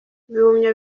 ibihumyo